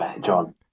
John